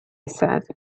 said